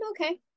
okay